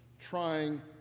trying